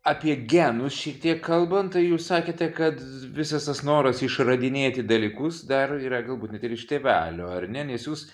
apie genus šiek tiek kalbant tai jūs sakėte kad visas tas noras išradinėti dalykus dar yra galbūt net ir iš tėvelio ar ne nes jūs